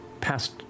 past